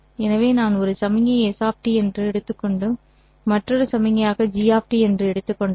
எனவே நான் ஒரு சமிக்ஞையை s எடுத்து மற்றொரு சமிக்ஞையாக g என்று கூறுகிறேன்